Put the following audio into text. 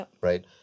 right